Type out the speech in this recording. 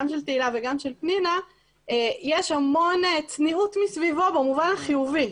של תהלה וגם של פנינה שיש המון צניעות סביבו במובן החיובי.